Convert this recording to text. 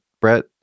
Brett